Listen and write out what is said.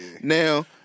Now